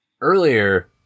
Earlier